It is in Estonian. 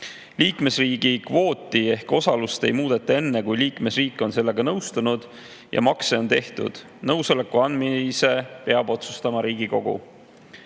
Liikmesriigi kvooti ehk osalust ei muudeta enne, kui liikmesriik on sellega nõustunud ja makse on tehtud. Nõusoleku andmise peab otsustama